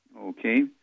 Okay